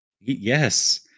Yes